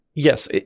Yes